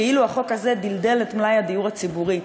כאילו החוק הזה דלדל את מלאי הדיור הציבורי.